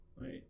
right